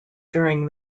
during